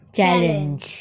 Challenge